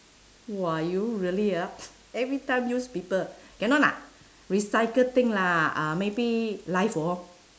!wah! you really ah every time use people cannot lah recycle thing lah uh maybe life lor